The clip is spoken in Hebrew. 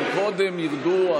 הם קודם ירדו.